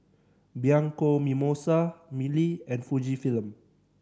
Bianco Mimosa Mili and Fujifilm